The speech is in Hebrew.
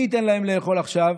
מי ייתן להם לאכול עכשיו?